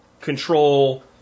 control